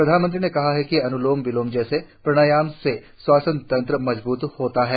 प्रधानमंत्री ने कहा कि अनुलोम विलोम जैसे प्राणायाम से श्वसन तंत्र मज़ब्त होता है